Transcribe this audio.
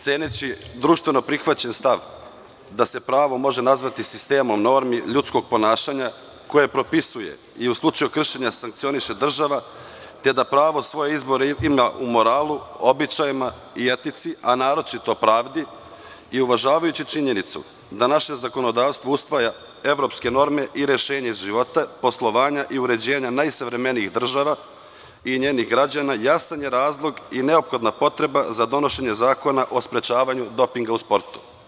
Ceneći društveno prihvaćen stav da se pravo može nazvati sistemom normi ljudskog ponašanja koje propisuje i u slučaju kršenja sankcioniše država, te da pravo za svoje izbore ima u moralu, običajima i etici, a naročito pravdi i uvažavajući činjenicu da naše zakonodavstvo usvaja evropske norme i rešenja iz života, poslovanja i uređenja najsavremenijih država i njenih građana, jasan je razlog i neophodna potreba za donošenje zakona o sprečavanju dopinga u sportu.